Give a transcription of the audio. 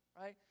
right